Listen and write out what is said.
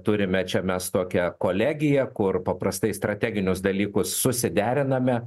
turime čia mes tokią kolegiją kur paprastai strateginius dalykus susideriname